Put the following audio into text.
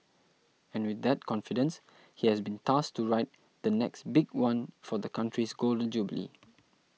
and with that confidence he has been tasked to write the 'next big one' for the country's Golden Jubilee